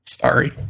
Sorry